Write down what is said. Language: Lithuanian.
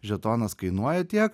žetonas kainuoja tiek